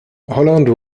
holland